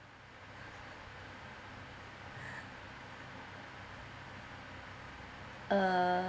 uh